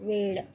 वेळ